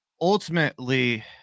Ultimately